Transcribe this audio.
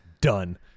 done